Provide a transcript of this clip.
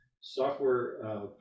software